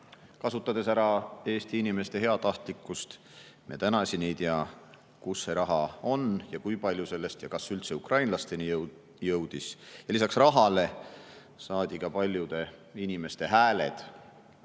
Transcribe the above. kasutades ära Eesti inimeste heatahtlikkust. Me tänaseni ei tea, kus see raha on ja kui palju sellest või kas üldse ukrainlasteni jõudis. Lisaks rahale saadi paljude inimeste hääled,